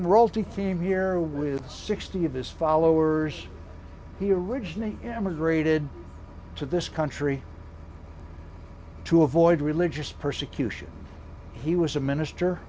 theme here with sixty of his followers he originally emigrated to this country to avoid religious persecution he was a minister